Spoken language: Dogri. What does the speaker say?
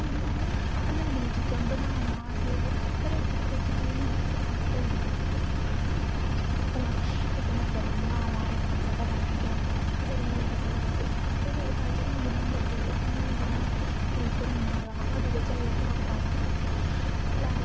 केईं बारी जियां मेरी स्हेली ऐ ओह् कुकिंग ओह् मैगी बनांदी ऐ चीस मैगी लेकिन ओह् बिच थोह्ड़ी थोह्ड़ी करी ओड़दी खराब करी ओड़दी ऐ खराब उसी बड़ा शौक ऐ कुकिंग दा ओह् गर कदें कुछ बनांदी कदें सांबर बनांदी ते कदें डोसा बनांदी है ना